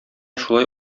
шулай